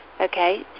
okay